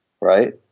right